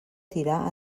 tirar